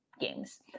games